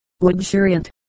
luxuriant